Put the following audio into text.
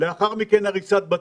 ולאחר מכן הריסת בתים.